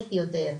הפולשנית יותר,